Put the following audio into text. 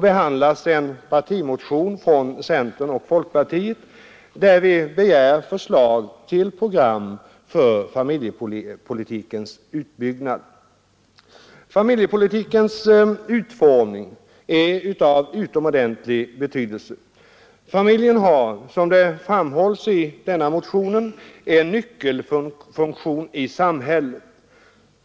behandlas en partimotion från centern och folkpartiet, där vi begär förslag till program för familjepolitikens utbyggnad. Familjepolitikens utformning är av utomordentlig betydelse. Familjen har, som det framhålls i den här motionen, en nyckelfunktion i samhället.